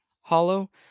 hollow